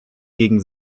gegen